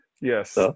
yes